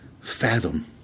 fathom